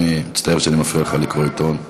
אני מצטער שאני מפריע לך לקרוא עיתון.